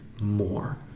more